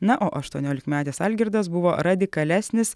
na o aštuoniolikmetis algirdas buvo radikalesnis